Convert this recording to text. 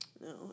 no